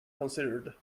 considered